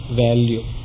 value